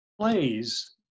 plays